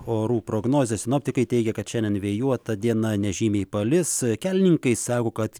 orų prognozė sinoptikai teigia kad šiandien vėjuota diena nežymiai palis kelininkai sako kad